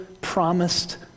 promised